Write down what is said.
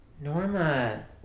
Norma